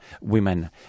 women